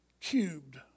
cubed